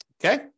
Okay